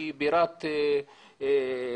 היא בירת מחוז,